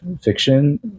fiction